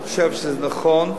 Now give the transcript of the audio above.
אני חושב שהוא נכון,